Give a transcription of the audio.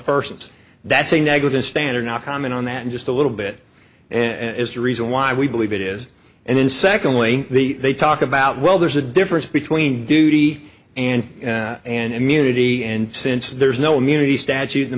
persons that's a negligent standard not comment on that in just a little bit and is the reason why we believe it is and then secondly the they talk about well there's a difference between duty and an immunity and since there's no immunity statute the